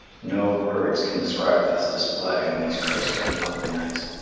no words can describe this display on these crisp and lovely nights.